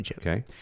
Okay